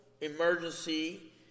emergency